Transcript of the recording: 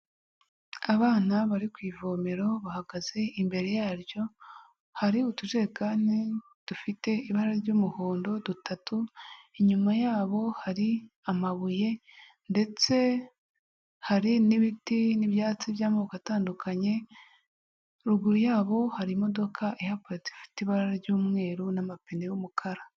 Abana bari kuvomero bahagaze imbere yaryo, hari utujerekane dufite ibara ry'umuhondo dutatu, inyuma yabo hari amabuye ndetse hari n'ibiti n'ibyatsi by'amoko atandukanye, ruguru yabo hari imodoka ihaparitse ifite ibara ry'umweru n'amapine y'umukara.